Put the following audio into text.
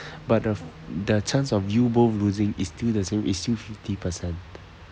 but the the chance of you both losing is still the same it's still fifty percent